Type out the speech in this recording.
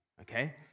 okay